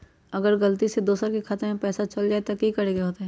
अगर गलती से दोसर के खाता में पैसा चल जताय त की करे के होतय?